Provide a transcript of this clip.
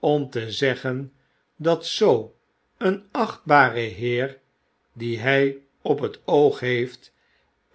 om te zeggen dat zoo een achtbare heer dien hy op bet oog heeft